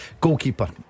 Goalkeeper